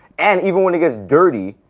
and even when it gets dirty,